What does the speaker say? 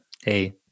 hey